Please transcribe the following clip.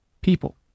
people